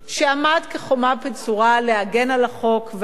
שעמד כחומה בצורה כדי להגן על החוק ועל יישומו,